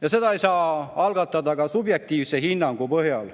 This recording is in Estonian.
Seda ei saa algatada ka subjektiivse hinnangu põhjal."